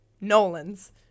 Nolan's